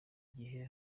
gihe